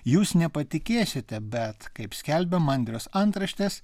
jūs nepatikėsite bet kaip skelbia mandrios antraštės